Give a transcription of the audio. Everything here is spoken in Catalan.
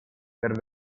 per